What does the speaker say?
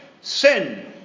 sin